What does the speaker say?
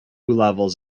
levels